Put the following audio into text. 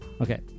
Okay